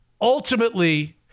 ultimately